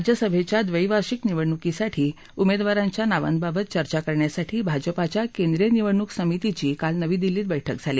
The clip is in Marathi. राज्यसभेच्या द्वेवार्षिक निवडणुकीसाठी उमेदवारांच्या नावांबाबत चर्चा करण्यासाठी भाजपाच्या केंद्रीय निवडणूक समितीची काल नवी दिल्लीत बैठक झाली